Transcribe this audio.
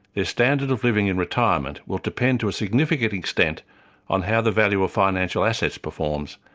their standard of living in retirement will depend to a significant extent on how the value of financial assets performs,